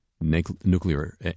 nuclear